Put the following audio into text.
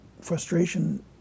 frustration